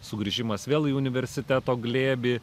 sugrįžimas vėl į universiteto glėbį